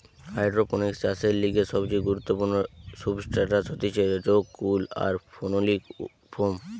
hydroponics চাষের লিগে সবচেয়ে গুরুত্বপূর্ণ সুবস্ট্রাটাস হতিছে রোক উল আর ফেনোলিক ফোম